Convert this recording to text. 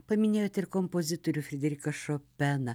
paminėjot ir kompozitorių frideriką šopeną